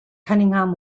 cunningham